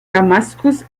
damaskus